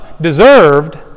deserved